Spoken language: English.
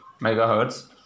megahertz